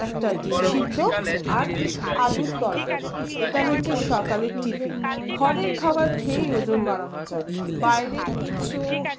একটা ডিম সিদ্ধ আর আলুর তরকারি এটা হচ্ছে সকালের টিফিন ঘরের খাবার খেয়েই ওজন বাড়ানো যায় বাইরের কিছু